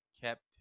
kept